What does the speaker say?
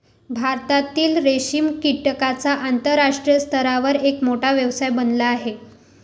भारतातील रेशीम कीटकांचा आंतरराष्ट्रीय स्तरावर एक मोठा व्यवसाय बनला आहे